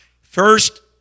First